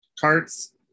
carts